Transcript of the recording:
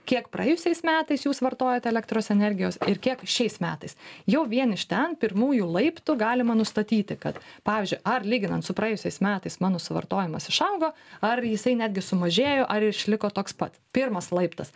kiek praėjusiais metais jūs vartojot elektros energijos ir kiek šiais metais jau vien iš ten pirmųjų laiptų galima nustatyti kad pavyzdžiui ar lyginant su praėjusiais metais mano suvartojimas išaugo ar jisai netgi sumažėjo ar išliko toks pat pirmas laiptas